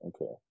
Okay